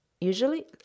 Usually